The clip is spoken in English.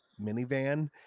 minivan